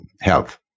health